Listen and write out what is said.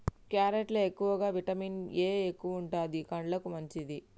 carrot లో ఎక్కువగా vitamin A ఎక్కువుంటది, కండ్లకు మంచిదట